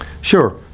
sure